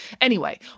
Anyway